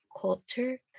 culture